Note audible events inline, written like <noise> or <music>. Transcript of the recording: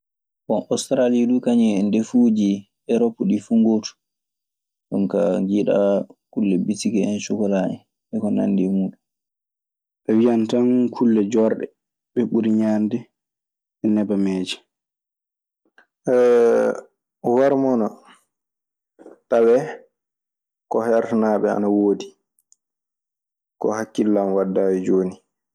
Bon, ostaralii du kañun en e ndefuuji erop ɗii fuu ngootu. Ɗun kaa njiɗaa kulle bisiki en, sokkolaa en e ko nanndi e ɓuuɗun. A wiyan tan kulle joorɗe ɓe ɓuri ñaande e nebameeje. <hesitation> warmona tawee, ko hertanaaɓe ana wodi, ko hakkille an waddaali jooni.